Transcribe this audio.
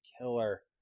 killer